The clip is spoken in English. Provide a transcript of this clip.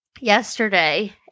yesterday